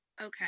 okay